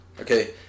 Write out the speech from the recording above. Okay